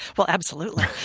well absolutely.